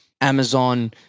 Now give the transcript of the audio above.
Amazon